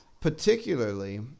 particularly